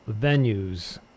venues